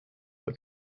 were